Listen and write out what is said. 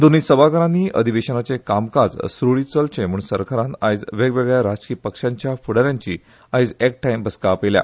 दोनुय सभागरानी अधिवेशनाचे कामकाज सुरळित चलचे म्हुण सरकारान आयज वेगवेगळया राजकीय पक्षाच्या फुडा याची आयज एकठाय बसका आपयल्या